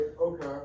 okay